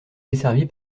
desservie